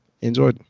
enjoy